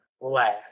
last